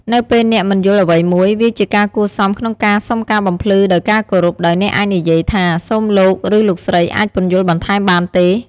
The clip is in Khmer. នៅពេលអ្នកមិនយល់អ្វីមួយ វាជាការគួរសមក្នុងការសុំការបំភ្លឺដោយការគោរព ដោយអ្នកអាចនិយាយថា “សូមលោក ឬលោកស្រីអាចពន្យល់បន្ថែមបានទេ?”។